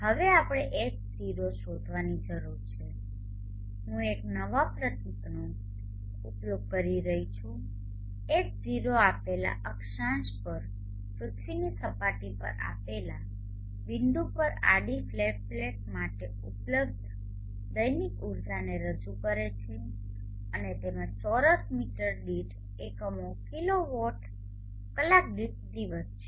હવે આપણે H0 શોધવાની જરૂર છે હું એક નવા પ્રતીકનો ઉપયોગ કરી રહ્યો છું H0 આપેલા અક્ષાંશ પર પૃથ્વીની સપાટી પર આપેલા બિંદુ પર આડી ફ્લેટ પ્લેટ માટે ઉપલબ્ધ દૈનિક ઊર્જાને રજૂ કરે છે અને તેમાં ચોરસ મીટર દીઠ એકમો કિલોવોટ કલાક દીઠ દિવસ છે